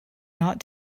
not